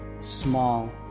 small